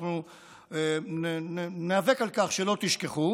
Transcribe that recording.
אנחנו ניאבק על כך שלא תשכחו,